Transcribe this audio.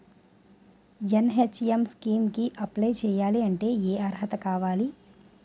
NHM scheme కి apply చేయాలి అంటే ఏ అర్హత కావాలి?